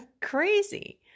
Crazy